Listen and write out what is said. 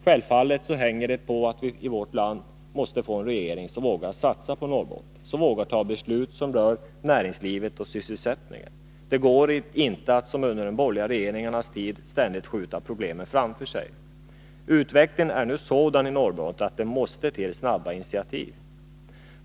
Självfallet hänger det på att vi i vårt land får en regering som vågar satsa på länet, som vågar ta beslut som rör näringslivet och sysselsättningen. Det går inte att som under de borgerliga regeringarnas tid ständigt skjuta problemen framför sig. Utvecklingen är nu sådan i Norrbotten att det måste till snabba initiativ.